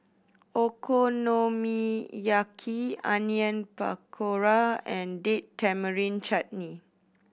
Okonomiyaki Onion Pakora and Date Tamarind Chutney